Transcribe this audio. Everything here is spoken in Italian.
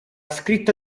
scritta